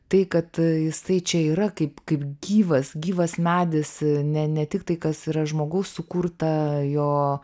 tai kad jisai čia yra kaip kaip gyvas gyvas medis ne ne tik tai kas yra žmogaus sukurta jo